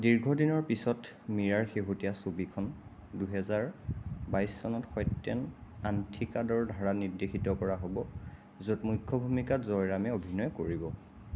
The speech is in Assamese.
দীৰ্ঘদিনৰ পিছত মীৰাৰ শেহতীয়া ছবিখন দুহেজাৰ বাইছ চনত সত্যেন আন্থিকাদৰ ধাৰা নিৰ্দেশিত কৰা হ'ব য'ত মুখ্য ভূমিকাত জয়ৰামে অভিনয় কৰিব